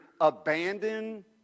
abandon